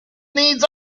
needs